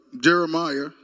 Jeremiah